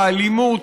באלימות,